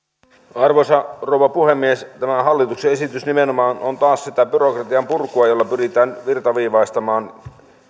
arvoisa rouva puhemies tämä hallituksen esitys nimenomaan on taas sitä byrokratian purkua jolla pyritään virtaviivaistamaan